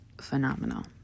phenomenal